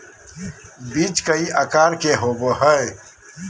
बीज कई आकार के होबो हइ